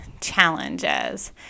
challenges